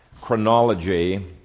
chronology